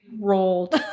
rolled